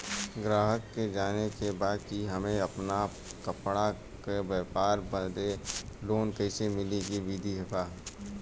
गराहक के जाने के बा कि हमे अपना कपड़ा के व्यापार बदे लोन कैसे मिली का विधि बा?